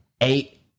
eight